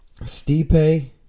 Stipe